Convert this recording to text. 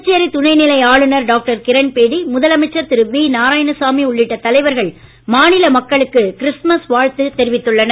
புதுச்சேரி துணைநிலை ஆளுனர் டாக்டர் கிரண்பேடி முதலமைச்சர் திரு நாரயாணசாமி உள்ளிட்ட தலைவர்கள் மாநில மக்களுக்கு வி கிறிஸ்துமஸ் வாழ்த்து தெரிவித்துள்ளனர்